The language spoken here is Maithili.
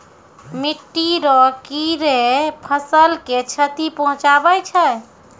मिट्टी रो कीड़े फसल के क्षति पहुंचाबै छै